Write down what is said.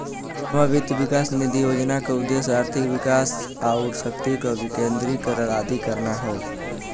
जमा वित्त विकास निधि योजना क उद्देश्य आर्थिक विकास आउर शक्ति क विकेन्द्रीकरण आदि करना हौ